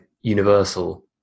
Universal